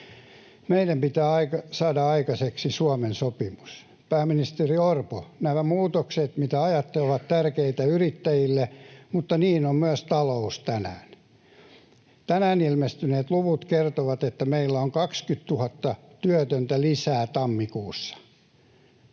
Meidän pitää saada aikaiseksi Suomen sopimus. Pääministeri Orpo, nämä muutokset, mitä ajatte, ovat tärkeitä yrittäjille, mutta niin on myös talous tänään. Tänään ilmestyneet luvut kertovat, että meillä on 20 000 työtöntä lisää tammikuussa.